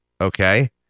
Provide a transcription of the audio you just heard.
okay